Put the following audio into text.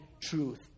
truth